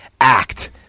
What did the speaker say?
act